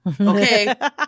Okay